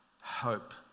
Hope